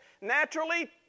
naturally